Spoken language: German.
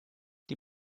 die